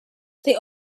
they